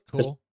cool